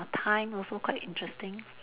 time also quite interesting